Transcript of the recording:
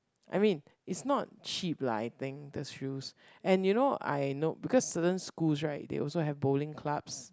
I mean it's not cheap lah I think those shoes and you know I know because certain schools right they also have bowling clubs